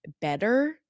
better